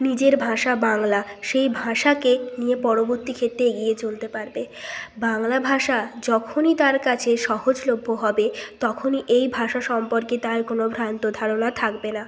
নিজের ভাষা বাংলা সেই ভাষাকে নিয়ে পরবর্তী ক্ষেত্রে গিয়ে চলতে পারবে বাংলা ভাষা যখনই তার কাছে সহজলভ্য হবে তখনই এই ভাষা সম্পর্কে তার কোনও ভ্রান্ত ধারণা থাকবে না